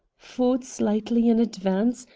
ford slightly in advance,